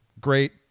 great